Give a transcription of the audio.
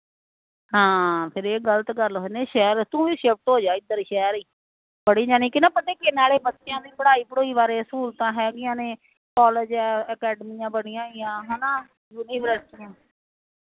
ਹਾਂ ਫਿਰ ਇਹ ਗਲਤ ਗੱਲ ਸ਼ਹਿਰ ਤੂੰ ਹੀ ਸ਼ਿਫਟ ਹੋ ਜਾ ਇੱਧਰ ਸ਼ਹਿਰ ਪੜੀ ਜਾਣੀ ਕਿ ਨਾ ਪਤਾ ਕਿ ਨਾਲੇ ਬੱਚਿਆਂ ਦੀ ਪੜ੍ਹਾਈ ਪੜੁਈ ਬਾਰੇ ਸਹੂਲਤਾਂ ਹੈਗੀਆਂ ਨੇ ਕਾਲਜ ਅਕੈਡਮੀਆਂ ਬਣੀਆਂ ਹੋਈਆਂ ਹੈ ਨਾ ਯੂਨੀਵਰਸਟੀਆਂ